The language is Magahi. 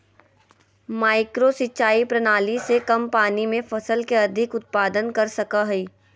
माइक्रो सिंचाई प्रणाली से कम पानी में फसल के अधिक उत्पादन कर सकय हइ